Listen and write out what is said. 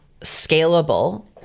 scalable